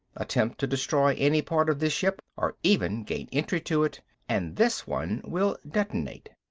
attempt to destroy any part of this ship, or even gain entry to it, and this one will detonate.